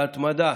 על ההתמדה,